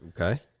okay